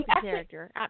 character